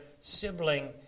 sibling